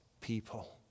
people